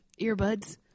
Earbuds